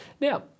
Now